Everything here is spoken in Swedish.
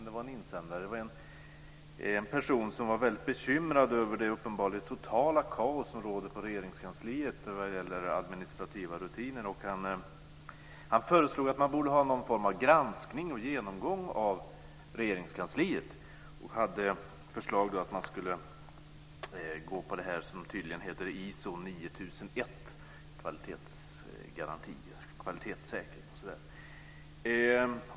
Det var en person som var väldigt bekymrad över det uppenbarligen totala kaos som råder i Regeringskansliet vad gäller administrativa rutiner. Han föreslog att man borde ha någon form av granskning och genomgång av Regeringskansliet och att man skulle tillämpa det som tydligen heter ISO 9001, kvalitetssäkringsgarantin.